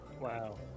Wow